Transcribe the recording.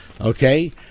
okay